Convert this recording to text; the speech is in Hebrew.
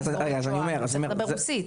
ניצול שואה צריך לדבר רוסית.